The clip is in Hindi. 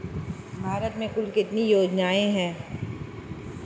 भारत में कुल कितनी योजनाएं हैं?